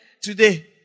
today